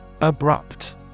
Abrupt